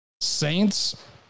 Saints